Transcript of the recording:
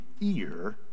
ear